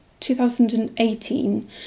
2018